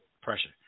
pressure